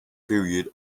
period